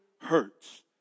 hurts